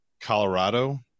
Colorado